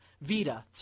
Vita